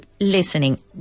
listening